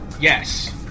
yes